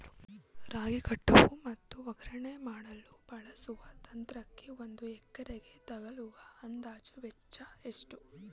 ರಾಗಿ ಕಟಾವು ಮತ್ತು ಒಕ್ಕಣೆ ಮಾಡಲು ಬಳಸುವ ಯಂತ್ರಕ್ಕೆ ಒಂದು ಎಕರೆಗೆ ತಗಲುವ ಅಂದಾಜು ವೆಚ್ಚ ಎಷ್ಟು?